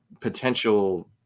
potential